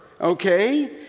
okay